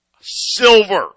Silver